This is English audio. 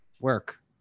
work